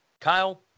Kyle